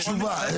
תשובה?